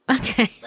Okay